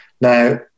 Now